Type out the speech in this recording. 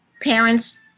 parents